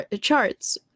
charts